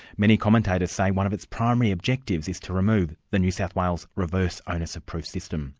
many commentators say one of its primary objectives is to remove the new south wales reverse onus of proof system.